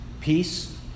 peace